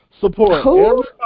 Support